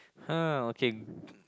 hmm okay